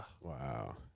Wow